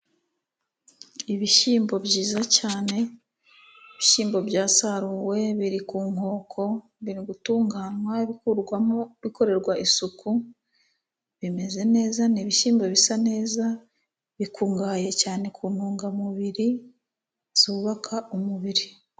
Ibishyimbo byiza cyane, ibishyimbo byasaruwe biri ku nkoko, biri gutunganywa, bikorerwa isuku, bimeze neza. Ni ibishyimbo bisa neza, bikungahaye cyane ku ntungamubiri zubaka umubiri.